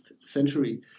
century